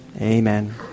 Amen